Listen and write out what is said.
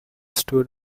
stood